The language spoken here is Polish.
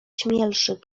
śmielszych